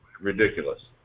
ridiculous